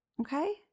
okay